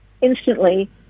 instantly